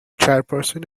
chairperson